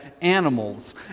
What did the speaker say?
animals